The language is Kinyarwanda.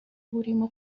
burimo